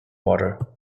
water